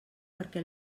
perquè